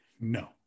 No